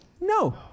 No